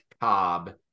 Cobb